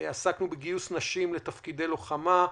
עסקנו בגיוס נשים לתפקידי לוחמה,